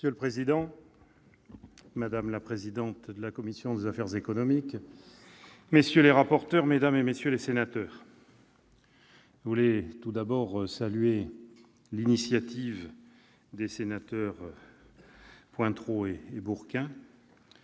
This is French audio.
Monsieur le président, madame la présidente de la commission des affaires économiques, messieurs les rapporteurs, mesdames, messieurs les sénateurs, je tiens à saluer l'initiative des sénateurs Pointereau et Bourquin,